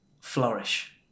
flourish